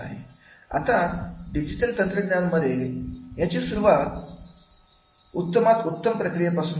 आता डिजिटल तंत्रज्ञानामध्ये याची सुरुवात होते उत्तमात उत्तम प्रक्रिया पासून